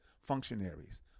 functionaries